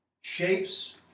shapes